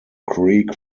creek